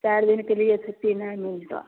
चारि दिनके लिए छुट्टी नहि मिलतो